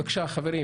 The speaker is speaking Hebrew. בבקשה, חברים